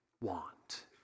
want